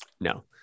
no